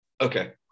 okay